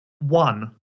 One